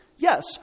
Yes